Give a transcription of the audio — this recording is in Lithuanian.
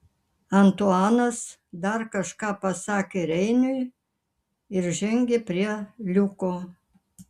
antuanas dar kažką pasakė reiniui ir žengė prie liuko